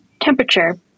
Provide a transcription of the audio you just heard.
temperature